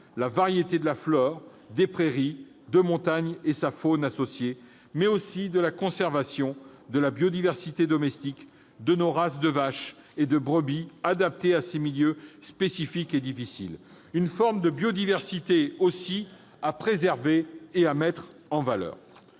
la variété de la flore des prairies de montagne et de la faune associée, mais aussi à la conservation de la biodiversité domestique, de nos races de vaches et de brebis adaptées à ces milieux spécifiques et difficiles, une forme de biodiversité elle aussi à préserver et à mettre en valeur.